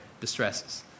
distresses